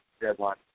deadline